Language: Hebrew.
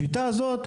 בשיטה הזו,